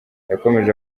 yakomeje